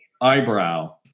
eyebrow